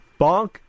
Bonk